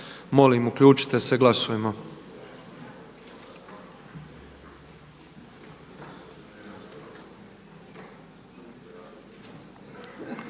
Molim, uključimo se i glasujmo.